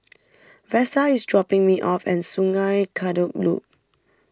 Vesta is dropping me off at Sungei Kadut Loop